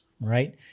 right